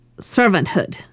servanthood